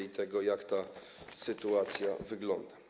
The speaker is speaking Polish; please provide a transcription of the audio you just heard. i tego, jak ta sytuacja wygląda.